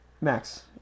Max